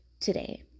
today